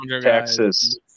Texas